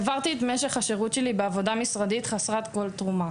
העברתי את המשך השירות שלי בעבודה משרדית חסרת כל תרומה.